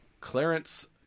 Clarence